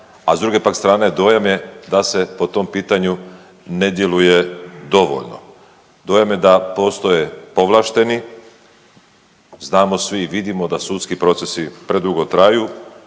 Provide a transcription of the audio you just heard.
a s druge pak strane dojam je da se po tom pitanju ne djeluje dovoljno. Dojam je da postoje povlašteni, znamo svi i vidimo da sudski procesi predugo traju,